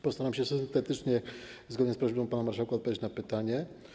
Postaram się syntetycznie - zgodnie z prośbą pana marszałka - odpowiedzieć na pytania.